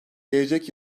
gelecek